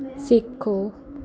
ਸਿੱਖੋ